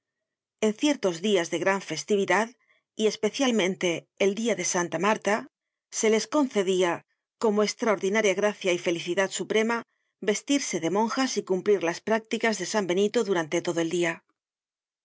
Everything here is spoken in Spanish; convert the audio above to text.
en ciertos dias de gran festividad y especialmente el dia de santa marta se les concedia como estraordinaria gracia y felicidad suprema vestirse de monjas y cumplir las prácticas de san benito durante todo el dia